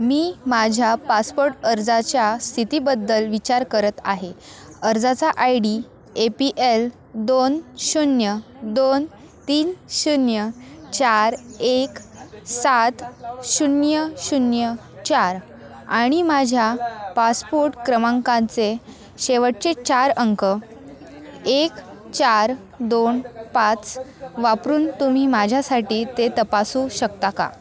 मी माझ्या पासपोर्ट अर्जाच्या स्थितीबद्दल विचार करत आहे अर्जाचा I D A P L दोन शून्य दोन तीन शून्य चार एक सात शून्य शून्य चार आणि माझ्या पासपोर्ट क्रमांकांचे शेवटचे चार अंक एक चार दोन पाच वापरून तुम्ही माझ्यासाठी ते तपासू शकता का